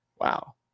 Wow